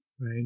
right